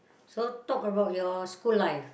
so talk about your school life